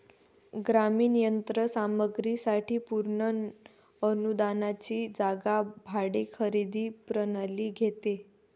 ग्रामीण यंत्र सामग्री साठी पूर्ण अनुदानाची जागा भाडे खरेदी प्रणाली घेते